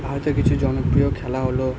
ভারতের কিছু জনপ্রিয় খেলা হল